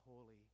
holy